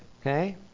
Okay